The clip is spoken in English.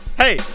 Hey